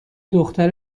دختر